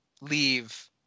leave